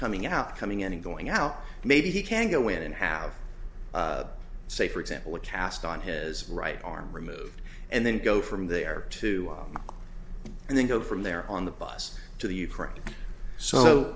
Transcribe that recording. coming out coming and going out maybe he can go in and have say for example a cast on his right arm removed and then go from there to and then go from there on the bus to the ukraine so